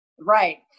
Right